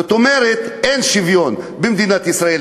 זאת אומרת, אין שוויון במדינת ישראל.